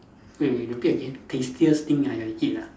wait wait repeat again tastiest thing I have eat ah